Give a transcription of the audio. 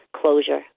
closure